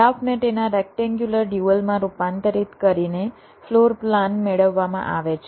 ગ્રાફને તેના રેક્ટેન્ગ્યુલર ડ્યુઅલમાં રૂપાંતરિત કરીને ફ્લોર પ્લાન મેળવવામાં આવે છે